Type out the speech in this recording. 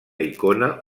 icona